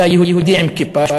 אתה יהודי עם כיפה,